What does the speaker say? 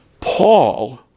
Paul